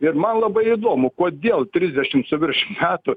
ir man labai įdomu kodėl trisdešimt su virš metų